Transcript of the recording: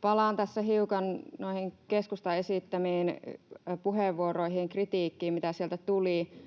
Palaan tässä hiukan noihin keskustan esittämiin puheenvuoroihin ja kritiikkiin, mitä sieltä tuli.